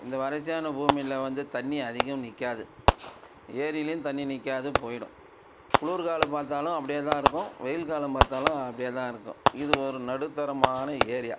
இந்த வறட்சியான பூமியில் வந்து தண்ணி அதிகம் நிற்காது ஏரியிலியும் தண்ணி நிற்காது போயிடும் குளிர்காலம் பார்த்தாலும் அப்படியே தான் இருக்கும் வெயில் காலம் பார்த்தாலும் அப்படியே தான் இருக்கும் இது ஒரு நடுத்தரமான ஏரியா